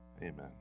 Amen